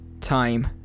time